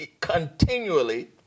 continually